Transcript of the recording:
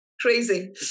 Crazy